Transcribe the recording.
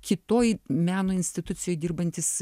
kitoj meno institucijoj dirbantis